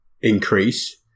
increase